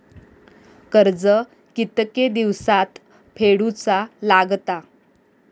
कर्ज कितके दिवसात फेडूचा लागता?